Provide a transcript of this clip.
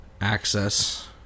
access